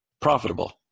profitable